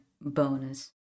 bonus